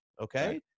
Okay